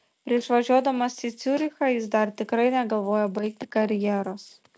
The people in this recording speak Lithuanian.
prieš važiuodamas į ciurichą jis dar tikrai negalvojo baigti karjeros